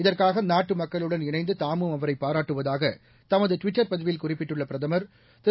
இதற்காக நாட்டு மக்களுடன் இணைந்து தாமும் அவரை பாராட்டுவதாக தமது டுவிட்டர் பதிவில் குறிப்பிட்டுள்ள பிரதமர் திரு